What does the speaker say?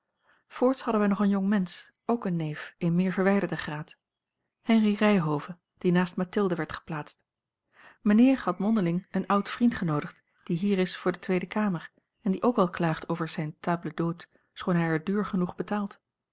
voorts hadden wij nog een jongmensch ook een neef in meer verwijderden graad henry ryhove die naast mathilde werd geplaatst mijnheer had mondeling een oud vriend genoodigd die hier is voor de tweede kamer en die ook al klaagt over zijn table d'hôte schoon hij er duur genoeg betaalt